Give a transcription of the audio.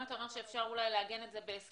אם אתה אומר שאפשר אולי לעגן את זה בהסכם,